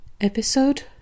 Episode